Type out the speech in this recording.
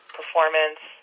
performance